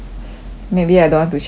maybe I don't want to share anymore